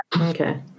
Okay